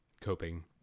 coping